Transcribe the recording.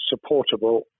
supportable